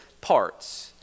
parts